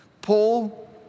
Paul